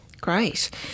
great